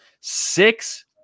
Six